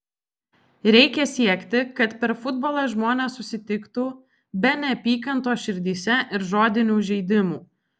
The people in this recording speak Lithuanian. reikia siekti kad per futbolą žmonės susitiktų be neapykantos širdyse ir žodinių žeidimų